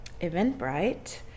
Eventbrite